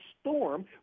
storm